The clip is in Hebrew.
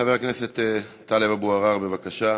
חבר הכנסת טלב אבו עראר, בבקשה.